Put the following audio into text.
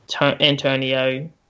Antonio